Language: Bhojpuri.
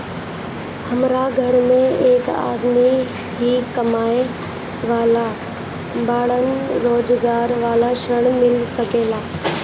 हमरा घर में एक आदमी ही कमाए वाला बाड़न रोजगार वाला ऋण मिल सके ला?